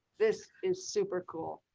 this is super cool.